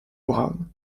braun